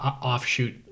offshoot—